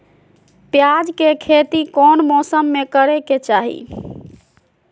प्याज के खेती कौन मौसम में करे के चाही?